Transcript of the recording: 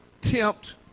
tempt